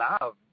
love